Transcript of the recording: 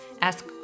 ask